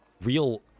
real